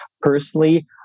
Personally